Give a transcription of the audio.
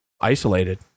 isolated